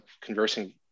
conversing